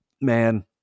man